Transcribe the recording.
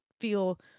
feel